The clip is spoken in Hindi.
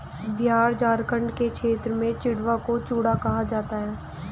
बिहार झारखंड के क्षेत्र में चिड़वा को चूड़ा कहा जाता है